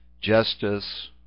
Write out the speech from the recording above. justice